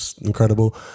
incredible